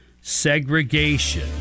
segregation